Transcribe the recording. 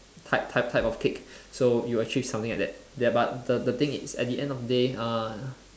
type type type of kick so you will achieve something like that ya but the the thing is the end of the day uh